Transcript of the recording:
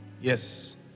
Yes